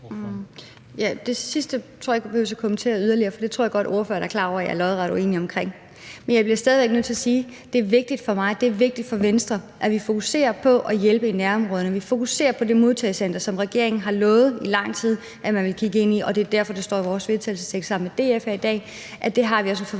Det sidste tror jeg ikke jeg behøver at kommentere yderligere, for det tror jeg godt ordføreren er klar over at jeg er lodret uenig i. Men jeg bliver stadig væk nødt til at sige: Det er vigtigt for mig, og det er vigtigt for Venstre, at vi fokuserer på at hjælpe i nærområderne, og at vi fokuserer på det modtagecenter, som regeringen i lang tid har lovet at man vil kigge på. Og det er derfor, der står i det forslag til vedtagelse, som vi har lavet sammen med DF, at det har vi også en